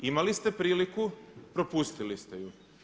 Imali ste priliku, propustili ste ju.